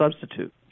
substitute